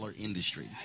industry